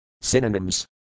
Synonyms